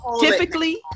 Typically